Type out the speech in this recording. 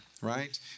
right